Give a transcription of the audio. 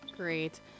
great